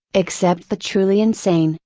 except the truly insane,